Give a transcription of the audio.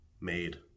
made